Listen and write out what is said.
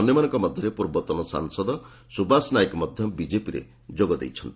ଅନ୍ୟମାନଙ୍କ ମଧ୍ଧରେ ପୂର୍ବତନ ସାଂସଦ ସୁବାସ ନାୟକ ମଧ ବିଜେପିରେ ଯୋଗଦେଇଛନ୍ତି